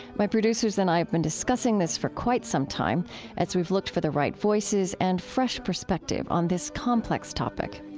my producers and i have been discussing this for quite some time as we've looked for the right voices and fresh perspective on this complex topic.